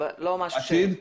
כן.